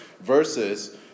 versus